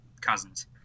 cousins